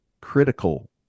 critical